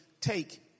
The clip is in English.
Take